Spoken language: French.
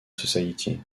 society